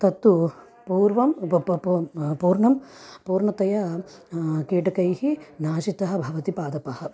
तत्तु पूर्वं पप् पप् पूर्णं पूर्णतया कीटकैः नाशितः भवति पादपः